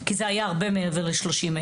כי זה היה הרבה מעבר ל-30,000?